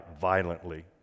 violently